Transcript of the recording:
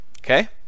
Okay